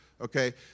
okay